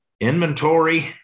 Inventory